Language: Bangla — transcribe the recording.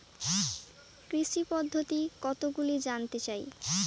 কৃষি পদ্ধতি কতগুলি জানতে চাই?